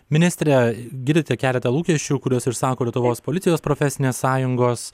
ministre girdite keletą lūkesčių kuriuos išsako lietuvos policijos profesinės sąjungos